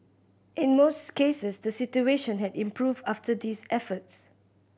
in most cases the situation had improved after these efforts